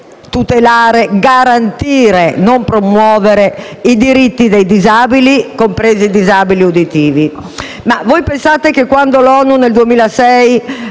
tutelare e garantire (non promuovere) i diritti dei disabili, compresi quelli uditivi.